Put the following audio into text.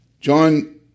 John